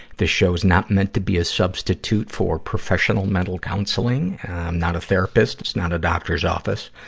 this show is not meant to be a substitute for professional mental counseling. i'm not a therapist. it's not a doctor's office.